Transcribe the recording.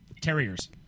Terriers